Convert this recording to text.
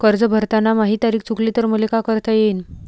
कर्ज भरताना माही तारीख चुकली तर मले का करता येईन?